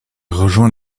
rejoint